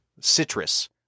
citrus